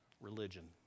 religion